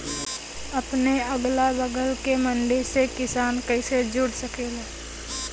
अपने अगला बगल के मंडी से किसान कइसे जुड़ सकेला?